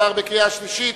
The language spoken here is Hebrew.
עבר בקריאה שלישית